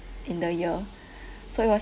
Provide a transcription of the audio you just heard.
in the year so it was